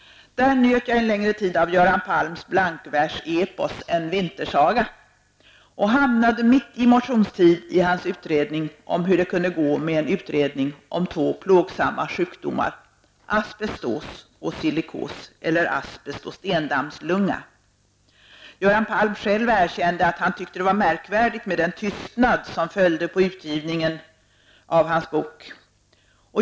Där njöt jag en längre tid av Göran Palms blankversepos En vintersaga och hamnade mitt i motionstid i hans utredning om hur det kunde gå med en utredning om två plågsamma sjukdomar -- asbestos och silikos eller asbest och stendammslunga. Göran Palm själv erkände att han tyckte det var märkvärdigt med den tystnad som följde på utgivningen av hans bok.